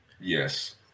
yes